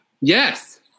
Yes